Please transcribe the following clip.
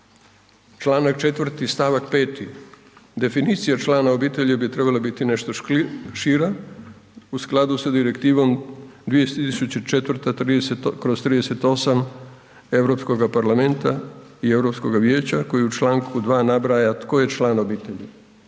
članak 4. stavak 5 definicija člana obitelji bi trebala biti nešto šira u skladu sa Direktivom 2004/38 Europskoga parlamenta i europskoga Vijeća koji u članku 2. nabraja tko je član obitelji,